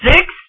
six